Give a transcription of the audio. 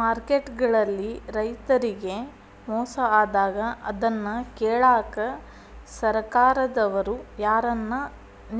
market ಗಳಲ್ಲಿ ರೈತರಿಗೆ ಮೋಸ ಆದಾಗ ಅದನ್ನ ಕೇಳಾಕ್ ಸರಕಾರದವರು ಯಾರನ್ನಾ